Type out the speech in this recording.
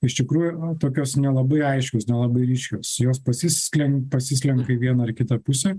iš tikrųjų tokios nelabai aiškios nelabai ryškios jos pasislenka pasislenka į vieną ar kitą pusę